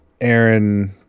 aaron